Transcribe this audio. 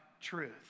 truth